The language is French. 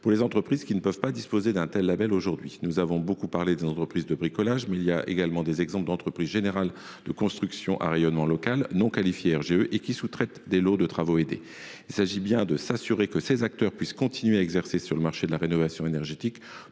pour les entreprises qui ne peuvent disposer d’un tel label actuellement. Nous avons beaucoup parlé des entreprises de bricolage, mais nous aurions pu évoquer les entreprises générales de construction à rayonnement local, qui ne sont pas qualifiées RGE et qui sous traitent les lots de travaux aidés. Il s’agit de s’assurer que ces acteurs puissent continuer à exercer sur le marché de la rénovation énergétique,